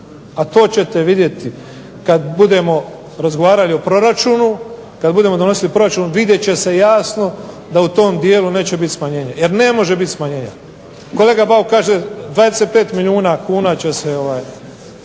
A to ćete vidjeti kad budemo razgovarali o proračunu, kad budemo donosili proračun vidjet će se jasno da u tom dijelu neće biti smanjenje jer ne može biti smanjenja. Kolega Bauk kaže 25 milijuna kuna će se ovaj